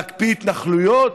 להקפיא התנחלויות,